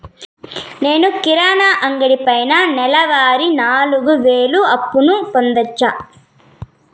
నేను కిరాణా అంగడి పైన నెలవారి నాలుగు వేలు అప్పును పొందొచ్చా?